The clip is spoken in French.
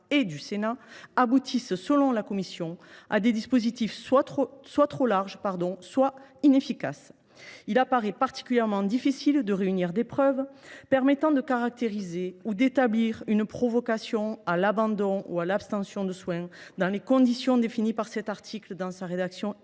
et du Sénat aboutissent, selon notre commission, à des dispositifs soit trop larges soit inefficaces. Il semble particulièrement difficile de réunir des preuves permettant de caractériser et d’établir une provocation à l’abandon ou à l’abstention de soins selon les conditions définies par cet article. Il est dès lors